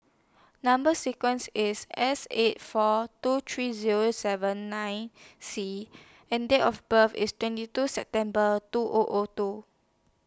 Number sequence IS S eight four two three Zero seven nine C and Date of birth IS twenty two September two O O two